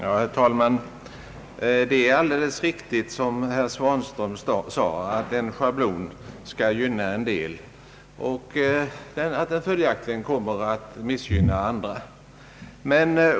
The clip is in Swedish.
Herr talman! Det är alldeles riktigt som herr Svanström sade att en schablon kommer att gynna en del och följaktligen missgynna andra.